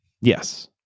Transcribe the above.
Yes